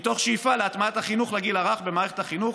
מתוך שאיפה להטמעת החינוך לגיל הרך במערכת החינוך